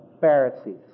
Pharisees